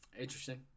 Interesting